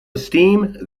esteem